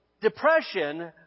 Depression